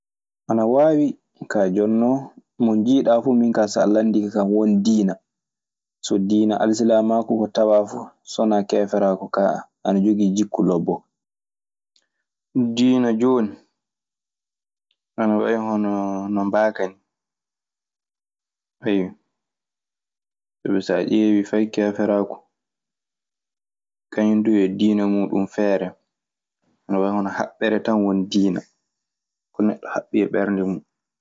Ana wawi, ka jonnon non jiɗa fu min ka sallandikekam dinna. So dinna alssilamaku ko tawa fu sona keferoyaku ka ana jogi jikuloɓo. Dinaa jooni ana wayi hono mbaaka, eyyo. Sabu sa ƴeewi fay keferaagu, kañum du e dina mun feere. Ana wayi ko haɓɓere tan woni diina. Ko neɗɗo haɓɓi e ɓernde mun.